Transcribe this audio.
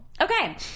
okay